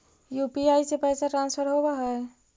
UPI से पैसा transfer होवहै?